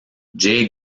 jay